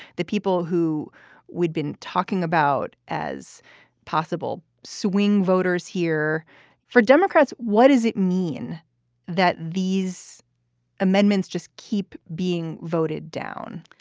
the people who we'd been talking about as possible swing voters here for democrats. what does it mean that these amendments just keep being voted down?